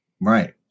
Right